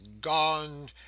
gone